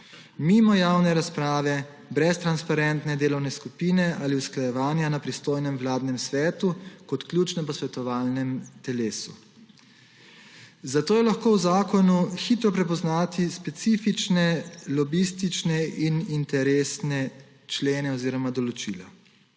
mimo javne razprave, brez transparentne delovne skupine ali usklajevanja na pristojnem vladnem svetu kot ključnem posvetovalnem telesu. Zato je lahko v zakonu hitro prepoznati specifične lobistične in interesne člene oziroma določila.